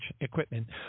equipment –